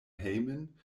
hejmen